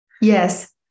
Yes